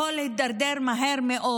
הכול הידרדר מהר מאוד.